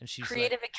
Creative